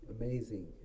Amazing